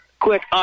Quick